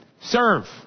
serve